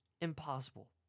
Impossible